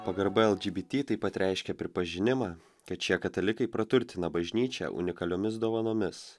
pagarba lgbt taip pat reiškia pripažinimą kad šie katalikai praturtina bažnyčią unikaliomis dovanomis